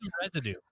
residue